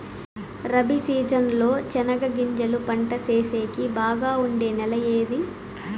Rabi season లో చెనగగింజలు పంట సేసేకి బాగా ఉండే నెల ఏది?